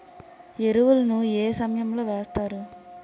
ఎరువుల ను ఏ సమయం లో వేస్తారు?